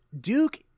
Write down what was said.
Duke